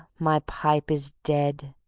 my pipe is dead.